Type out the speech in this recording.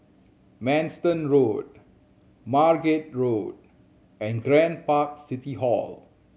Manston Road Margate Road and Grand Park City Hall